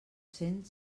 cent